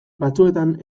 batzuetan